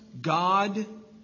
God